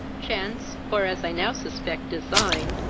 chance, or, as i now suspect, design,